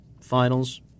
Finals